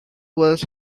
was